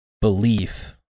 belief